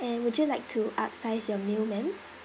and would you like to upsize your meal ma'am